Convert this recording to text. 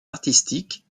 artistique